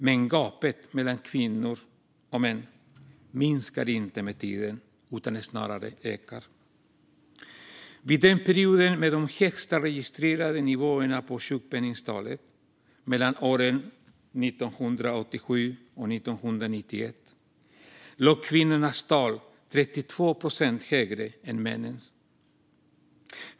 Men gapet mellan kvinnor och män minskar inte utan snarare ökar med tiden. Vid perioden med de högsta registrerade nivåerna på sjukpenningtalet, mellan åren 1987 och 1991, låg kvinnornas tal 32 procent högre än männens.